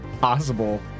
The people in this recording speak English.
possible